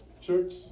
Church